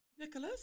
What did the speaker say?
Nicholas